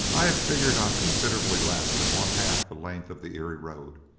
i had figured on considerably less than one-half the length of the erie road.